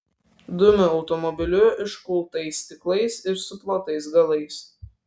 dumiu automobiliu iškultais stiklais ir suplotais galais